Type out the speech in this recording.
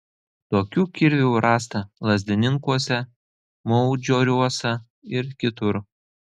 tokių kirvių rasta lazdininkuose maudžioruose ir kitur